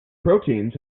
proteins